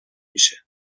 میشه